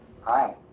Hi